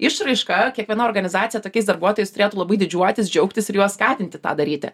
išraišką kiekviena organizacija tokiais darbuotojais turėtų labai didžiuotis džiaugtis ir juos skatinti tą daryti